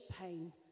Pain